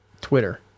Twitter